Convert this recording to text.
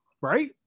right